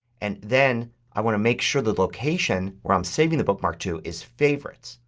and then i want to make sure the location where i'm saving the bookmark to is favorites.